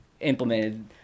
implemented